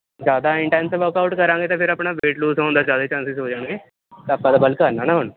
ਜ਼ਿਆਦਾ intense workout ਕਰਾਂਗੇ ਫਿਰ ਆਪਣਾ ਵੇਟ ਲੋਸ ਹੋਣ ਦਾ ਜ਼ਿਆਦਾ ਚਾਸਿੰਸ ਹੋ ਜਾਣਗੇ ਤਾਂ ਆਪਾਂ ਤਾਂ ਬਲਕ ਕਰਨਾ ਨਾ ਹੁਣ